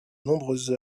nombreuses